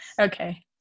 Okay